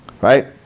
Right